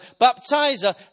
baptizer